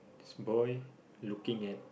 this boy looking at